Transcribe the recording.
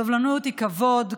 סובלנות היא כבוד,